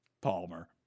Palmer